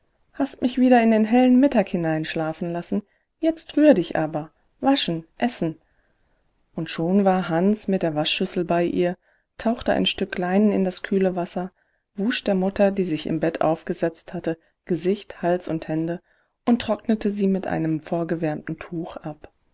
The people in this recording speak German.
hast mich wieder in den hellen mittag hineinschlafen lassen jetzt rühr dich aber waschen essen und schon war hans mit der waschschüssel bei ihr tauchte ein stück leinen in das kühle wasser wusch der mutter die sich im bett aufgesetzt hatte gesicht hals und hände und trocknete sie mit einem vorgewärmten tuch ab